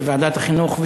בוועדת החינוך,